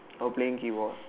oh playing keyboard